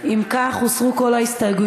אם כך, הוסרו כל ההסתייגויות.